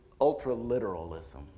ultra-literalism